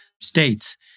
states